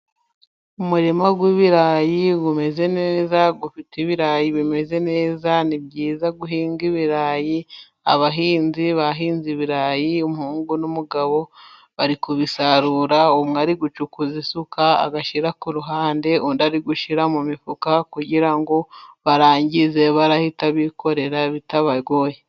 Umurima w'ibirayi umeze neza ufite ibirayi bimeze neza. Ni byiza guhinga ibirayi abahinzi bahinze ibirayi umuhungu n'umugabo bari kubisarura umwe ari gucukuza isuka agashyira ku ruhande, undi ari gushyira mu mifuka kugira ngo barangize bahita bikorera bitabagoye.